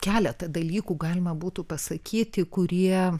keletą dalykų galima būtų pasakyti kurie